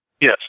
Yes